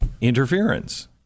interference